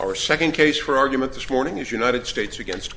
our second case for argument this morning is united states against